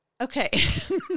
Okay